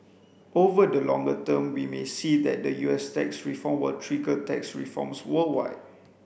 over the longer term we may see that the U S tax reform will trigger tax reforms worldwide